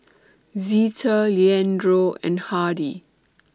Zeta Leandro and Hardy